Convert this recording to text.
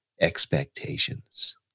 expectations